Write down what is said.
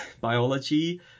biology